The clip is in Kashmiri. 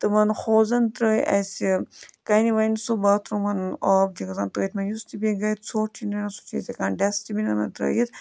تِمَن ہوزَن ترٛٲے اَسہِ کَنہِ وَنہِ سُہ باتھ روٗمَن آب چھُ گژھان تٔتھۍ منٛز یُس تہِ بیٚیہِ گَرِ ژھۅٹھ چھُ نیران سُہ چھِ أسۍ ہٮ۪کان ڈَسٹہٕ بِنَنَن ترٲوِتھ